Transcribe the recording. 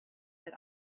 that